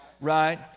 Right